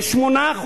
ל-8%.